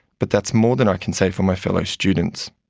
but that's more than i can say for my fellow students.